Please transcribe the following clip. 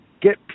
get